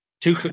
two